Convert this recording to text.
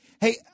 Hey